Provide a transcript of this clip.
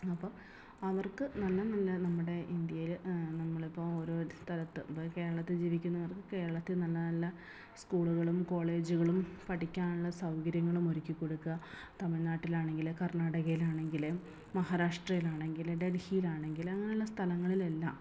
അപ്പം അവർക്ക് നല്ല നല്ല നമ്മുടെ ഇന്ത്യയിലെ നമ്മളിപ്പം ഓരോ സ്ഥലത്ത് ഇപ്പം കേരളത്തിൽ ജീവിക്കുന്നവർക്ക് കേരളത്തിൽ നല്ല നല്ല സ്കൂളുകളും കോളേജുകളും പഠിക്കാനുള്ള സൗകര്യങ്ങളും ഒരുക്കിക്കൊടുക്കുക തമിഴ്നാട്ടിലാണെങ്കിൽ കർണ്ണാടകയിലാണെങ്കിൽ മഹാരാഷ്ട്രയിലാണെങ്കിൽ ഡൽഹിയിലാണെങ്കിൽ അങ്ങനെയുള്ള സ്ഥലങ്ങളിലെല്ലാം